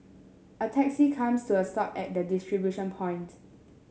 a taxi comes to a stop at the distribution point